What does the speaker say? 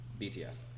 BTS